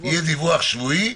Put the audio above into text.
יהיה דיווח שבועי.